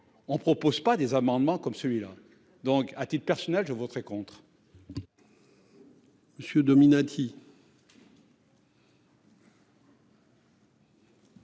On propose pas des amendements comme celui-là donc à titre personnel, je voterai contre.